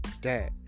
Dad